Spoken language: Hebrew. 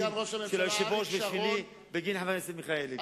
של היושב-ראש ושלי בגין חבר הכנסת מיכאלי.